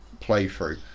playthrough